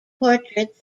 portraits